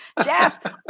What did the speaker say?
Jeff